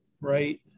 Right